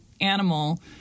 animal